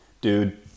dude